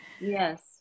Yes